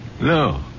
No